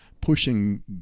pushing